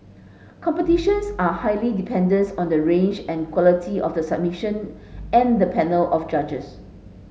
competitions are highly dependence on the range and quality of the submission and the panel of judges